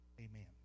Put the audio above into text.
Amen